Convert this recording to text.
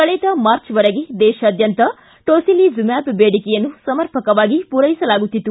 ಕಳೆದ ಮಾರ್ಚ್ವರೆಗೆ ದೇಶಾದ್ಯಂತ ಟೊಸಿಲಿಜುಮ್ಕಾಬ್ ಬೇಡಿಕೆಯನ್ನು ಸಮರ್ಪಕವಾಗಿ ಪೂರೈಸಲಾಗುತಿತ್ತು